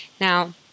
Now